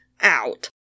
out